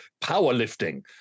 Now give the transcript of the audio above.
powerlifting